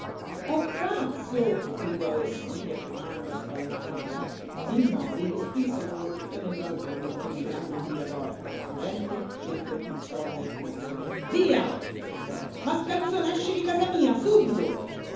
è pazzo gridò ersilia tremando spaventata il mori respinse con un urtone il marullo inclicandogli la porta furente nel corpicciuolo nervoso via gridò mascalzone esci di casa mia subito